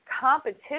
competition